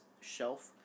shelf